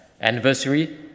anniversary